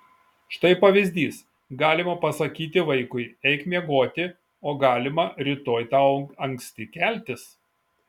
štai pavyzdys galima pasakyti vaikui eik miegoti o galima rytoj tau anksti keltis